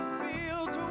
fields